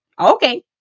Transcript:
Okay